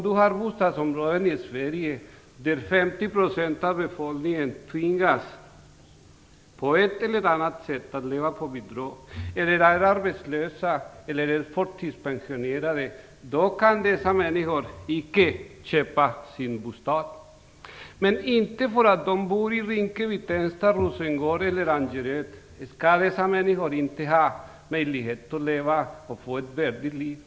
I bostadsområden i Sverige där 50 % av befolkningen på ett eller annat sätt tvingas att leva på bidrag, är arbetslösa eller förtidspensionerade kan man icke köpa sin bostad. Men det får inte vara så att dessa människor därför att de bor i Rinkeby, Tensta, Rosengård eller Angered inte skall ha möjlighet att leva ett värdigt liv.